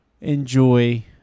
enjoy